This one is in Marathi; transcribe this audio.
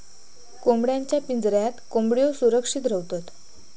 कोंबड्यांच्या पिंजऱ्यात कोंबड्यो सुरक्षित रव्हतत